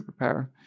superpower